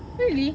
really